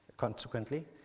Consequently